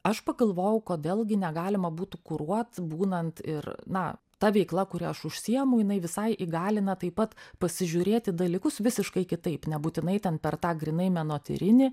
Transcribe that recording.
aš pagalvojau kodėl gi negalima būtų kuruot būnant ir na ta veikla kuria aš užsiimu jinai visai įgalina taip pat pasižiūrėt į dalykus visiškai kitaip nebūtinai ten per tą grynai menotyrinį